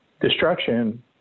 destruction